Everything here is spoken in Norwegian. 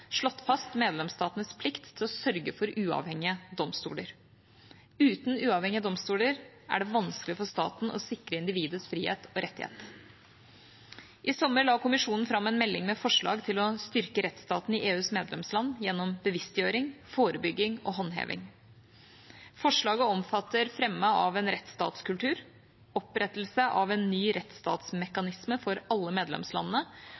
slått fast medlemsstatenes plikt til å sørge for uavhengige domstoler. Uten uavhengige domstoler er det vanskelig for staten å sikre individets frihet og rettigheter. I sommer la Kommisjonen fram en melding med forslag til å styrke rettsstaten i EUs medlemsland gjennom bevisstgjøring, forebygging og håndheving. Forslaget omfatter fremme av en rettsstatskultur, opprettelse av en ny rettsstatsmekanisme for alle medlemslandene